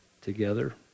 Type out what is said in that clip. together